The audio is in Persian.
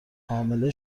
حامله